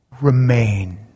remain